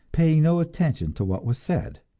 paying no attention to what was said.